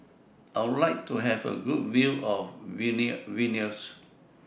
I Would like to Have A Good View of Vilnius